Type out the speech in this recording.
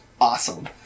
awesome